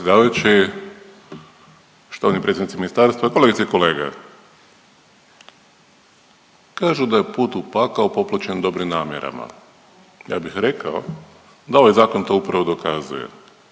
predsjedavajući, štovani predsjednici ministarstva, kolegice i kolege. Kažu da je put u pakao popločen dobrim namjerama. Ja bih rekao da ovaj zakon to upravo dokazuje.